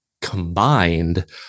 combined